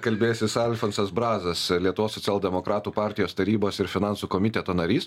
kalbėsis alfonsas brazas lietuvos socialdemokratų partijos tarybos ir finansų komiteto narys